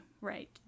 right